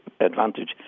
advantage